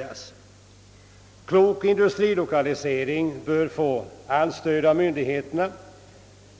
Jag vill emellertid framhålla att klok industrilokalisering bör få allt stöd av myndigheterna.